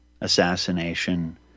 assassination